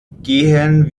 gehen